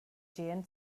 jan